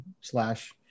slash